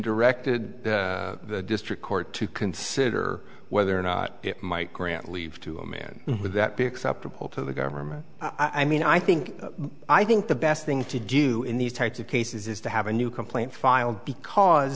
directed the district court to consider whether or not it might grant leave to a man with that be acceptable to the government i mean i think i think the best thing to do in these types of cases is to have a new complaint filed because